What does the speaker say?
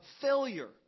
failure